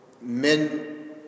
men